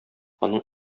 аның